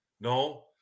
No